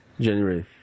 January